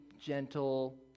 gentle